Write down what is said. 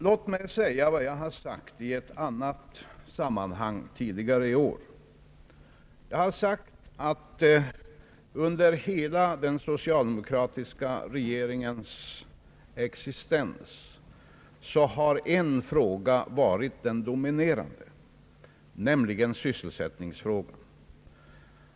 Låt mig upprepa vad jag i ett annat sammanhang sagt tidigare i år! Jag har sagt att under den socialdemokratiska regeringens hela existens har en fråga varit den dominerande, nämligen sysselsättningsfrågan.